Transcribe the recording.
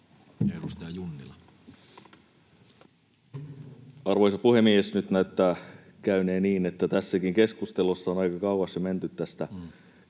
Arvoisa puhemies! Nyt näyttää käyneen niin, että tässäkin keskustelussa on jo menty aika